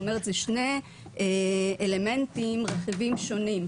זאת אומרת, זה שני אלמנטים, רכיבים שונים.